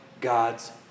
God's